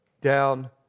Down